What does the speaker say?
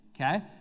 okay